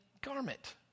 garment